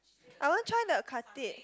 I want try the Khatib